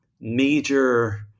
major